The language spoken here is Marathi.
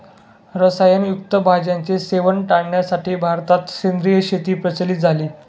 रसायन युक्त भाज्यांचे सेवन टाळण्यासाठी भारतात सेंद्रिय शेती प्रचलित झाली